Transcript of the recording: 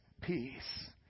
peace